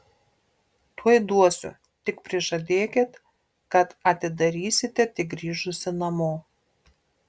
tuoj duosiu tik prižadėkit kad atidarysite tik grįžusi namo